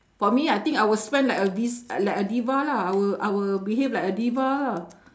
for me I think I will spend like a vis~ like a diva lah I will I will behave like a diva lah